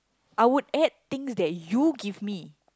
I would add things that you give me